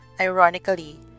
Ironically